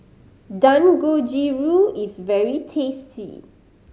dangojiru is very tasty